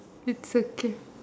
it's okay